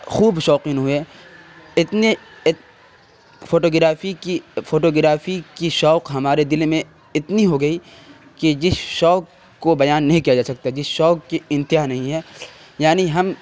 خوب شوقین ہوئے اتنے فوٹو گرافی کی فوٹو گرافی کی شوق ہمارے دل میں اتنی ہو گئی کہ جس شوق کو بیان نہیں کیا جا سکتا جس شوق کی انتہا نہیں ہے یعنی ہم